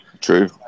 True